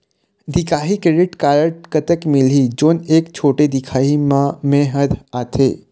दिखाही credit card कतक मिलही जोन एक छोटे दिखाही म मैं हर आथे?